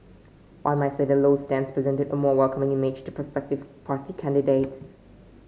one might say that Low's stance presented a more welcoming image to prospective party candidates